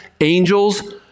angels